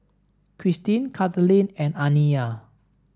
Christine Kathaleen and Aniya